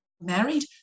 married